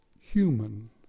human